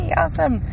awesome